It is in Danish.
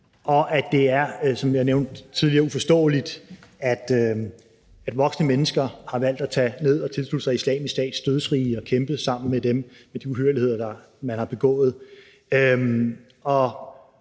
og at det, som jeg nævnte tidligere, er uforståeligt, at voksne mennesker har valgt at tage ned til og har tilsluttet sig Islamisk Stats dødsrige og har kæmpet sammen med dem, med de uhyrligheder, man har begået.